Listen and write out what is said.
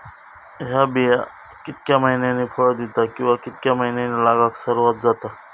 हया बिया कितक्या मैन्यानी फळ दिता कीवा की मैन्यानी लागाक सर्वात जाता?